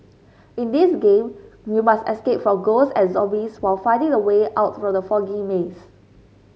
in this game you must escape from ghosts and zombies while finding the way out from the foggy maze